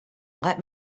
let